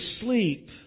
sleep